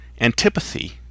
antipathy